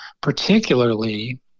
Particularly